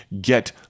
get